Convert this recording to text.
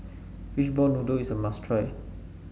Fishball Noodle is a must try